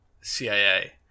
CIA